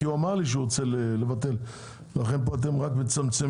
הוא אמר לי שהוא רוצה לבטל ולכן אתם מצמצמים.